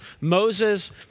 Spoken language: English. Moses